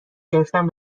گرفتم